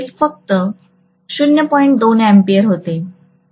2 A होते N1 ची संख्या कितीही असू शकते